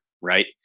right